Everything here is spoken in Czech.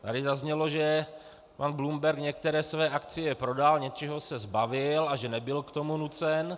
Tady zaznělo, že pan Bloomberg některé své akcie prodal, něčeho se zbavil a že nebyl k tomu nucen.